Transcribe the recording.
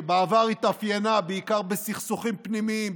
שבעבר התאפיינה בעיקר בסכסוכים פנימיים,